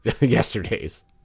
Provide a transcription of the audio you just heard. yesterday's